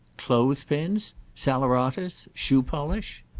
clothes-pins? saleratus? shoe-polish?